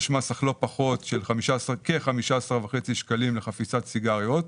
יש מס אך לא פחות של כ-15.5 שקלים לחפיסת סיגריות.